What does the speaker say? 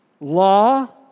Law